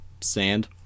Sand